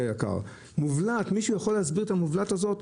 היקר האם מישהו יכול להסביר את המובלעת הזאת?